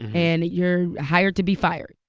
and you're hired to be fired.